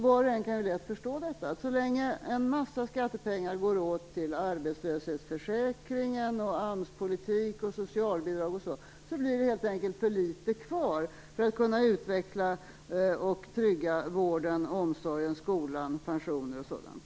Var och en kan lätt förstå detta: Så länge en massa skattepengar går åt till arbetslöshetsförsäkringen, AMS-politik, socialbidrag m.m. blir det helt enkelt för litet kvar för att man skall kunna utveckla och trygga vården, omsorgen, skolan, pensionerna och sådant.